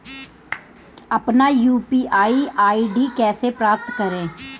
अपना UPI ID कैसे प्राप्त करें?